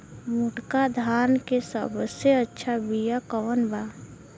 मोटका धान के सबसे अच्छा बिया कवन बा?